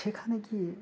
সেখানে কি